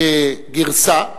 כגרסה,